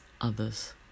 others